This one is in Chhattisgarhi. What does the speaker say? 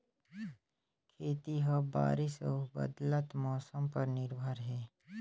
खेती ह बारिश अऊ बदलत मौसम पर निर्भर हे